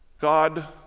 God